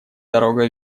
дорога